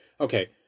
okay